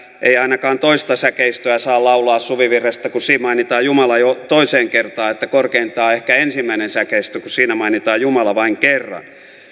ei ainakaan toista säkeistöä saa laulaa kun siinä mainitaan jumala jo toiseen kertaan että korkeintaan ehkä ensimmäinen säkeistö kun siinä mainitaan jumala vain kerran